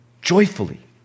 joyfully